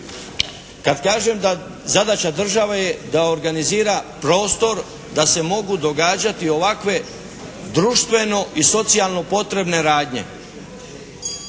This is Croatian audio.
Kad kažem da zadaća države je da organizira prostor da se mogu događati ovakve društveno i socijalno potrebne radnje,